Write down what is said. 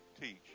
teach